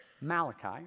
Malachi